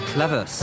Clever